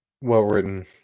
well-written